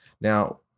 Now